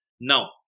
Now